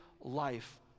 life